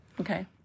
Okay